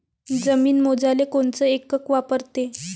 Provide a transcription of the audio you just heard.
जमीन मोजाले कोनचं एकक वापरते?